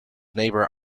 neighbour